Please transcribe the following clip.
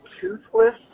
toothless